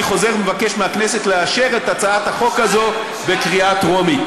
אני חוזר ומבקש מהכנסת לאשר את הצעת החוק הזאת בקריאה טרומית.